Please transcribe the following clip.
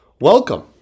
welcome